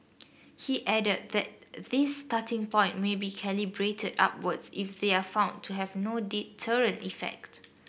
he added that this starting point may be calibrated upwards if they are found to have no deterrent effect